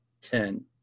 ten